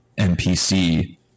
NPC